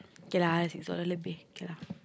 kay lah siz dollar lebih kay lah